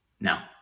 now